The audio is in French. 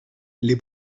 les